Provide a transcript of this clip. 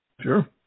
sure